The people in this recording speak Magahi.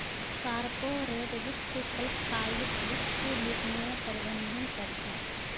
कॉर्पोरेट वित्त अल्पकालिक वित्तीय निर्णयर प्रबंधन कर छे